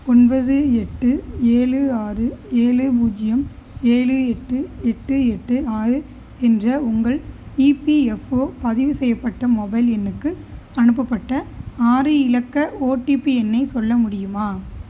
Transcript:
ஒன்பது எட்டு ஏழு ஆறு ஏழு பூஜ்யம் ஏழு எட்டு எட்டு எட்டு ஆறு என்ற உங்கள் இபிஎஃப்ஓ பதிவு செய்யப்பட்ட மொபைல் எண்ணுக்கு அனுப்பப்பட்ட ஆறு இலக்க ஓடிபி எண்ணை சொல்ல முடியுமா